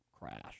crash